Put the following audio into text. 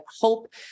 hope